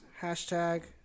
Hashtag